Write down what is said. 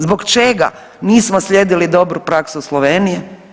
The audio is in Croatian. Zbog čega nismo slijedili dobru praksu Slovenije?